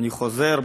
אני חוזר.